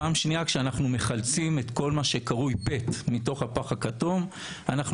פעם שנייה כשאנחנו מחלצים את כל מה שקרוי פט מתוך הפח הכתום אנחנו